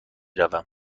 روم